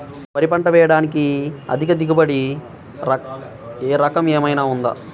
వరి పంట వేయటానికి అధిక దిగుబడి రకం ఏమయినా ఉందా?